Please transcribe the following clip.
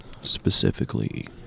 specifically